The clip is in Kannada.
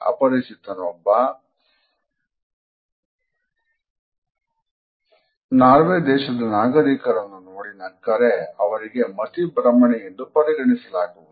ಅಪರಿಚಿತನೊಬ್ಬ ನಾರ್ವೆ ದೇಶದ ನಾಗರಿಕರನ್ನು ನೋಡಿ ನಕ್ಕರೆ ಅವರಿಗೆ ಮತಿ ಭ್ರಮಣೆ ಎಂದು ಪರಿಗಣಿಸಲಾಗುವುದು